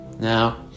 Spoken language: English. Now